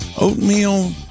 Oatmeal